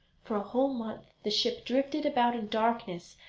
for a whole month the ship drifted about in darkness,